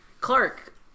Clark